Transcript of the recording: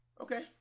Okay